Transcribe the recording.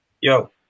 yo